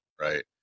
right